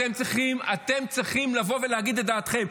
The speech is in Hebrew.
אתם צריכים, אתם צריכים לבוא ולהגיד את דעתכם.